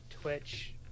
Twitch